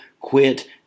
Quit